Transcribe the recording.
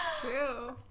True